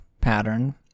pattern